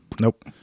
Nope